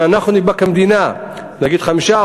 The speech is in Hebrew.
נניח גבינה 5%,